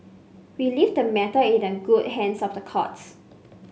we leave the matter in the good hands of the courts